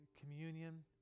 communion